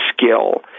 skill